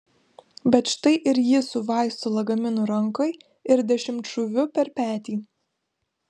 bet štai ir ji su vaistų lagaminu rankoj ir dešimtšūviu per petį